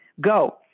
Go